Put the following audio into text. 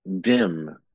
dim